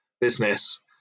business